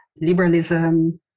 liberalism